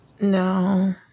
No